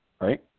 Right